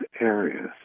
areas